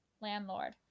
landlord